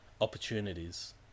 opportunities